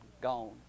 gone